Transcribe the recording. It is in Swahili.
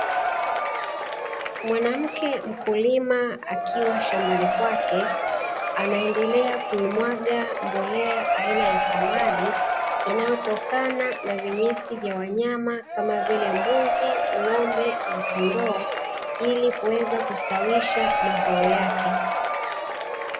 Mwanamke mkulima akiwa shambani kwake, anaendelea kuimwaga mbolea aina ya samadi, inayotokana na vinyesi vya wanyama, kama vile; mbuzi, ng'ombe na kondoo ili kuweza kustawisha mazao yake.